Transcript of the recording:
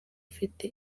ufite